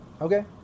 Okay